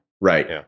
Right